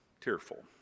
tearful